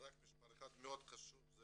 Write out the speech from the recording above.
רק משפט אחד חשוב מאוד,